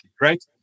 right